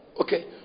Okay